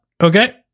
Okay